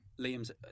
Liam's